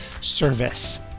Service